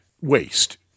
waste